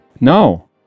No